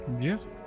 Yes